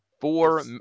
Four